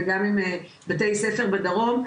וגם עם בתי הספר בדרום,